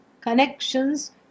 connections